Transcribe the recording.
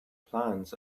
plants